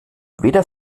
weder